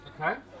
Okay